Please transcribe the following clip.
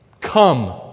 Come